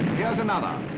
here's another,